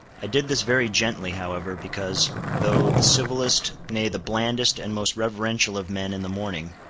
i did this very gently, however, because, though the civilest, nay, the blandest and most reverential of men in the morning,